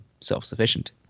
Self-sufficient